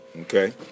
okay